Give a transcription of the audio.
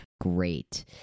Great